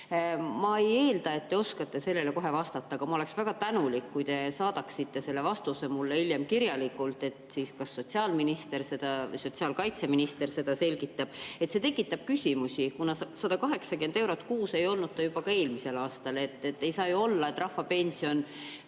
Ma ei eelda, et te oskate sellele kohe vastata, aga ma oleksin väga tänulik, kui te saadaksite vastuse mulle hiljem kirjalikult. Ehk sotsiaalkaitseminister selgitab seda. See tekitab küsimusi, kuna 180 eurot kuus ei olnud see juba ka eelmisel aastal. Ei saa ju olla, et rahvapension